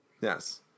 Yes